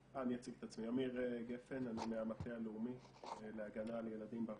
עמיר גפן, אני מהמטה הלאומי להגנה על ילדים ברשת,